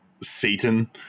Satan